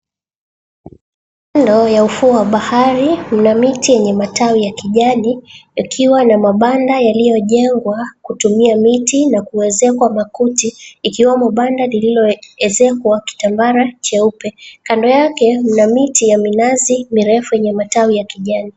Kando ya ufuo wa bahari mna miti yenye matawi ya kijani yakiwa na mabanda yaliyojengwa kutumia miti na kuezekwa makuti ikiwemo banda liliyoezekwa kitambara cheupe. Kando yake mna miti ya minazi mirefu yenye matawi ya kijani.